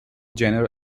jenner